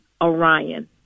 Orion